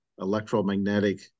electromagnetic